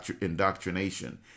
indoctrination